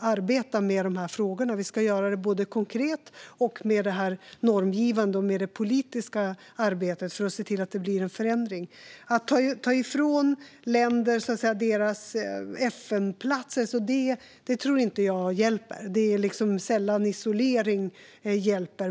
arbeta med dessa frågor, både konkret och med det normgivande och politiska arbetet, för att se till att det blir en förändring. Att ta ifrån länder deras FN-platser tror jag inte hjälper - det är sällan isolering hjälper.